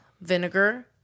vinegar